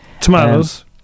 Tomatoes